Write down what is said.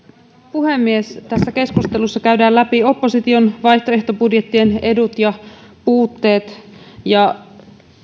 puhemies tässä keskustelussa käydään läpi opposition vaihtoehtobudjettien edut ja puutteet ja